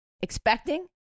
expecting